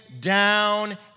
down